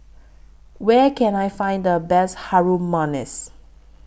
Where Can I Find The Best Harum Manis